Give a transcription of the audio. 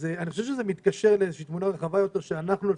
אני חושב שזה מתקשר לאיזושהי תמונה רחבה יותר שאנחנו לפחות,